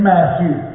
Matthew